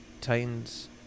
Titans